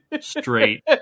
Straight